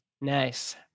Nice